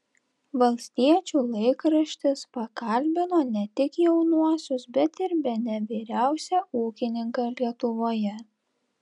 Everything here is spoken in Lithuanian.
valstiečių laikraštis pakalbino ne tik jaunuosius bet ir bene vyriausią ūkininką lietuvoje